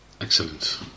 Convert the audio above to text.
Excellent